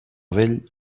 vell